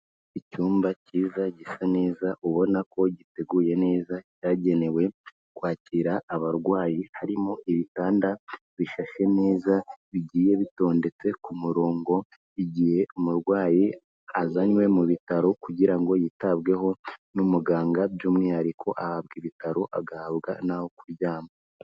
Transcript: Icyumba cyiza gisa neza ubona ko giteguye neza cyagenewe kwakira abarwayi, harimo ibitanda bishashe neza bigiye bitondetse ku murongo, igihe umurwayi azanywe mu bitaro kugira ngo yitabweho n'umuganga by'umwihariko ahabwa ibitaro agahabwa n'aho kuryama.